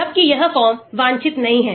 जबकि यह फॉर्म वांछित नहीं है